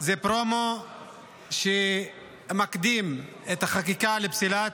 זה פרומו שמקדים את החקיקה לפסילת